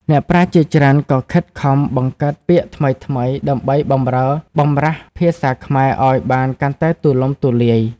អ្នកប្រាជ្ញជាច្រើនក៏ខិតខំបង្កើតពាក្យថ្មីៗ ដើម្បីបម្រើបម្រាស់ភាសាខ្មែរឱ្យបានកាន់តែទូលំទូលាយ។